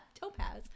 topaz